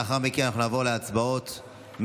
לאחר מכן אנחנו נעבור להצבעות משולבות.